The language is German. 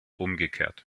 umgekehrt